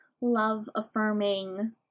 love-affirming